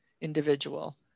individual